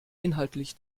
inhaltlich